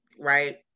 right